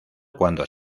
cuando